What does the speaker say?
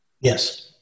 Yes